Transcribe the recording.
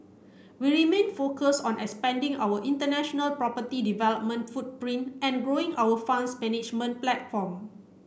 we remain focused on expanding our international property development footprint and growing our funds management platform